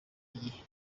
igihe